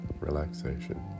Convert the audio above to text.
relaxation